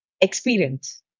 experience